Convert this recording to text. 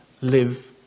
live